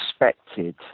expected